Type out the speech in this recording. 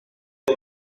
une